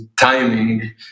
timing